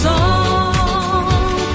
Song